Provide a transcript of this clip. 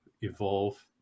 evolve